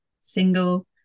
single